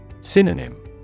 Synonym